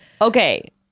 Okay